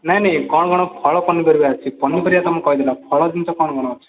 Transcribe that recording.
ନାଇଁ ନାଇଁ କ'ଣ କ'ଣ ଫଳ ପନିପରିବା ଅଛି ପନିପରିବା ତମେ କହିଦେଲ ଫଳ ଜିନିଷ କ'ଣ କ'ଣ ଅଛି